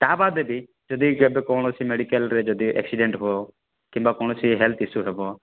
ତା ବାଦ ବି ଯଦି କେବେ କୌଣସି ମେଡ଼ିକାଲ୍ରେ ଯଦି ଆକ୍ସିଡ଼େଣ୍ଟ୍ ହବ କିମ୍ବା କୌଣସି ହେଲଥ୍ ଇସ୍ୟୁ ହେବ